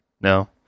No